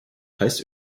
heißt